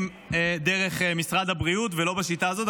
דרך משרד הבריאות ולא בשיטה הזאת.